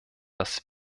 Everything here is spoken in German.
dass